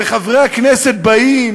וחברי הכנסת באים